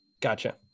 Gotcha